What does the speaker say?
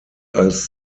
als